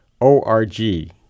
O-R-G